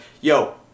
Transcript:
yo